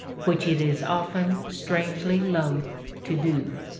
which it is often strangely loath to do.